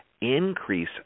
increase